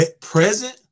present